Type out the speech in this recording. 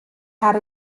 had